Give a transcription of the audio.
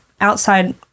outside